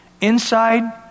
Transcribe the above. Inside